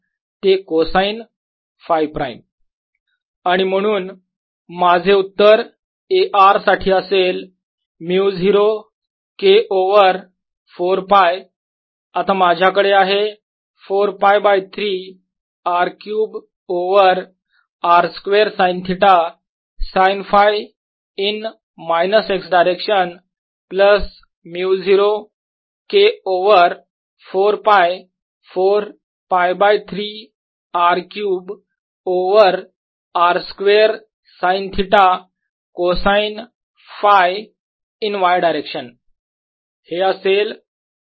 sincosϕ।r R।ds4π3R3r2sinθcosϕ for r≥R sincosϕ।r R।ds4π3rsinθcosϕ for r≤R आणि म्हणून माझे उत्तर A r साठी असेल μ0 K ओव्हर 4 π आता माझ्याकडे आहे 4 π by 3 R cube over r square sine theta sine Φ in minus x direction plus μ0 K over 4 π 4 π by 3 R cube over r square sine theta cosine Φ in y direction